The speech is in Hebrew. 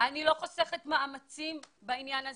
אני לא חוסכת מאמצים בעניין הזה,